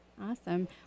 awesome